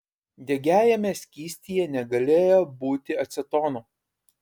degiajame skystyje negalėjo būti acetono